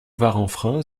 varanfrain